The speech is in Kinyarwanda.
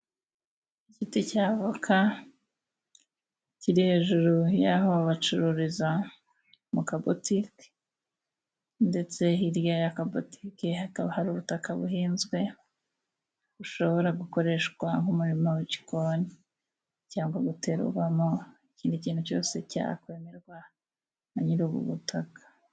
Igiti cya avoka kiri hejuru y'aho bacururiza mu kabutike, ndetse hirya y'akabutiki hakaba hari ubutaka buhinzwe bushobora gukoreshwa nk'umurima w'ikigoni, cyangwa guterwamo ikindi kintu cyose cyakwemerwa na nyir'ubu butaka.